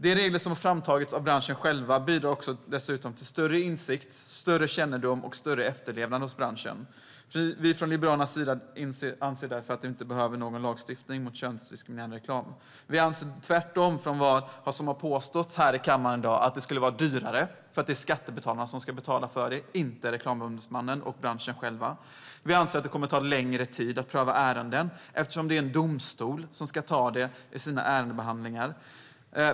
De regler som framtagits av branschen själv bidrar dessutom till större insikt, kännedom och efterlevnad hos branschen. Från Liberalernas sida anser vi därför att det inte behövs någon lagstiftning mot könsdiskriminerande reklam. Vi anser, tvärtemot vad som har påståtts här i kammaren i dag, att lagstiftning skulle vara dyrare eftersom det är skattebetalarna som ska betala den och inte Reklamombudsmannen eller branschen själv. Vi anser att det kommer att ta längre tid att pröva ärenden eftersom det är en domstol som ska ta upp dem i sina ärendebehandlingar.